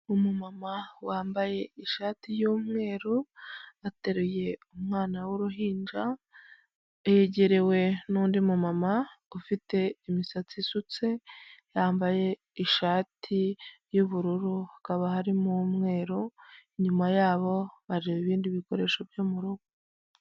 Umumama wambaye ishati y'umweru, ateruye umwana w'uruhinja, yegerewe nundi mu mama ufite imisatsi isutse, yambaye ishati y'ubururu hakaba harimo umweru inyuma yabo bareba ibindi bikoresho byo mu rugo.